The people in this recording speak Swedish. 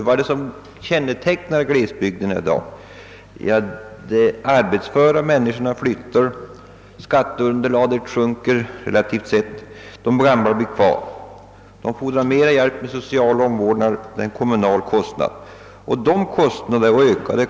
Vad som kännetecknar glesbygderna är att de arbetsföra människorna flyttar därifrån, varigenom skatteunderlaget sjunker, medan de gamla blir kvar. Detta kräver större insatser för den sociala omvårdnaden, något som medför ökade kostnader för kommunen.